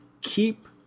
keep